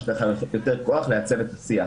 יש לך יותר כוח לייצר את השיח,